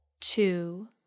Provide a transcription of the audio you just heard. two